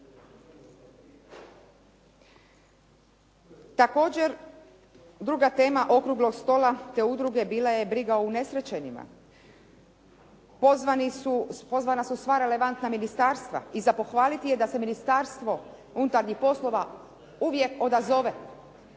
Također, druga tema okruglog stola te udruge bila je briga o unesrećenima. Pozvana su sva relevantna ministarstva i za pohvaliti je da se Ministarstvo unutarnjih poslova uvijek odazove,